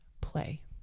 play